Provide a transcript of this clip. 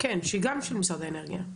כן, שהיא גם של משרד האנרגיה.